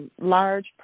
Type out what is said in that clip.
large